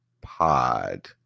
Pod